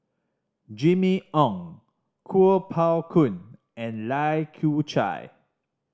Jimmy Ong Kuo Pao Kun and Lai Kew Chai